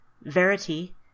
Verity